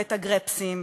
ואת הגרעפסים,